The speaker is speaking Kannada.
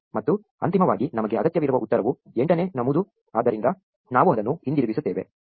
ಮತ್ತು ಅಂತಿಮವಾಗಿ ನಮಗೆ ಅಗತ್ಯವಿರುವ ಉತ್ತರವು ಎಂಟನೇ ನಮೂದು ಆದ್ದರಿಂದ ನಾವು ಅದನ್ನು ಹಿಂದಿರುಗಿಸುತ್ತೇವೆ